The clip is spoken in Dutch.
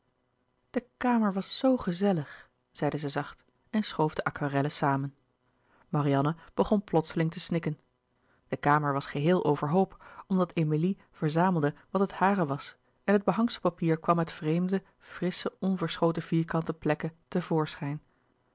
de kamer was zoo gezellig zeide zij zacht en schoof de aquarellen samen louis couperus de boeken der kleine zielen marianne begon plotseling te snikken de kamer was geheel overhoop omdat emilie verzamelde wat het hare was en het behangselpapier kwam met vreemde frissche onverschoten vierkante plekken